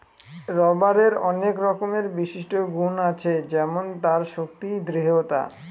রবারের আনেক রকমের বিশিষ্ট গুন আছে যেমন তার শক্তি, দৃঢ়তা